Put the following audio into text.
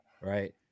right